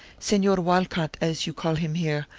senor walcott, as you call him here,